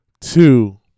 two